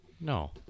No